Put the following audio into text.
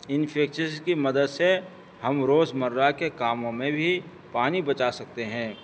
ان fixtures کی مدد سے ہم روز مرہ کے کاموں میں بھی پانی بچا سکتے ہیں